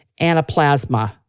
anaplasma